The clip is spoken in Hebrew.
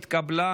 נתקבל.